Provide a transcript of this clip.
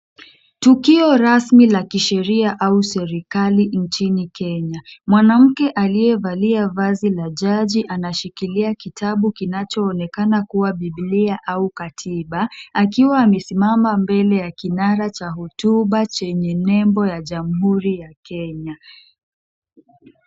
Tukio rasmi la kisheria au serikali nchini Kenya. Mwanamke aliyevalia vazi la jaji anashikilia kitabu kinachoonekana kuwa Bibilia au katiba, akiwa amesimama mbele ya kinara cha hotuba chenye nembo ya Jamhuri ya Kenya.